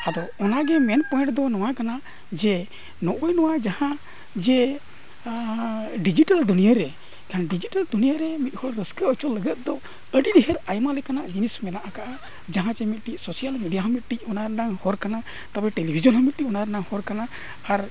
ᱟᱫᱚ ᱚᱱᱟᱜᱮ ᱢᱮᱱ ᱯᱚᱭᱮᱴ ᱫᱚ ᱱᱚᱣᱟ ᱜᱮ ᱠᱟᱱᱟ ᱡᱮ ᱱᱚᱜᱼᱚᱸᱭ ᱱᱚᱣᱟ ᱡᱟᱦᱟᱸ ᱡᱮ ᱰᱤᱡᱤᱴᱟᱞ ᱫᱩᱱᱤᱭᱟᱹ ᱨᱮ ᱠᱷᱟᱱ ᱰᱤᱡᱤᱴᱟᱞ ᱫᱩᱱᱤᱭᱟᱹ ᱨᱮ ᱢᱤᱫ ᱦᱚᱲ ᱨᱟᱹᱥᱠᱟᱹ ᱦᱚᱪᱚ ᱞᱟᱹᱜᱤᱫ ᱫᱚ ᱟᱹᱰᱤ ᱰᱷᱮᱹᱨ ᱟᱭᱢᱟ ᱞᱮᱠᱟᱱᱟᱜ ᱡᱤᱱᱤᱥ ᱢᱮᱱᱟᱜ ᱠᱟᱜᱼᱟ ᱡᱟᱦᱟᱸ ᱪᱮ ᱢᱤᱫ ᱥᱳᱥᱟᱞ ᱢᱤᱰᱤᱭᱟ ᱦᱚᱸ ᱢᱤᱫᱴᱤᱡ ᱚᱱᱟ ᱨᱮᱱᱟᱜ ᱦᱚᱨ ᱠᱟᱱᱟ ᱛᱚᱵᱮ ᱴᱮᱞᱤᱵᱷᱤᱥᱚᱱ ᱦᱚᱸ ᱢᱤᱫᱴᱤᱡ ᱚᱱᱟ ᱨᱮᱱᱟᱜ ᱦᱚᱨ ᱠᱟᱱᱟ ᱟᱨ